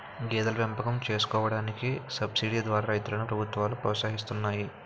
గేదెల పెంపకం చేసుకోడానికి సబసిడీ ద్వారా రైతులను ప్రభుత్వాలు ప్రోత్సహిస్తున్నాయి